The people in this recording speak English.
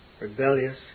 rebellious